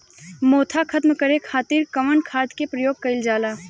मोथा खत्म करे खातीर कउन खाद के प्रयोग कइल जाला?